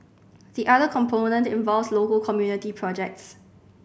the other component involves local community projects